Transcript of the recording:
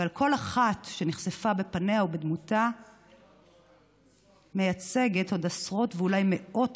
וכל אחת שנחשפה בפניה ובדמותה מייצגת עוד עשרות ואולי מאות